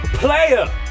player